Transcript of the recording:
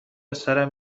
سرم